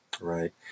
Right